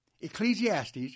Ecclesiastes